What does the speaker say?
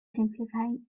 simplifying